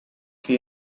che